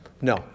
No